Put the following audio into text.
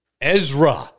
Ezra